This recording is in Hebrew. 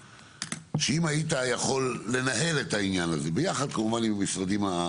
שאם היית יכול לנהל את העניין הזה ביחד עם המשרדים.